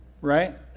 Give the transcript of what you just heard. right